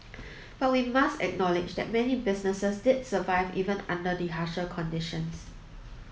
but we must acknowledge that many businesses did survive even under the harsher conditions